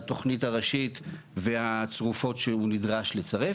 התוכנית הראשית והצרופות שהוא נדרש לצרף,